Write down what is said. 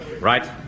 Right